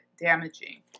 damaging